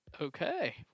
Okay